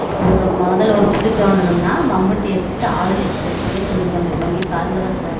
இப்போது ஒரு முதல ஒரு குழி தோண்டுனோம்னா மம்புட்டி எடுத்துகிட்டு ஆளுகளுக்கு செட் பண்ணி குழி தோண்டி வைப்பாங்க இப்போ அந்த வச